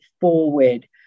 forward